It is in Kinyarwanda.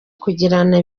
kugirana